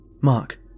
Mark